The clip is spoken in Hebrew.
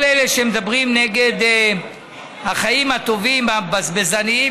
אבל כנראה כל אלה שמדברים נגד החיים הטובים והבזבזניים